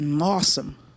Awesome